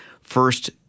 first –